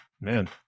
man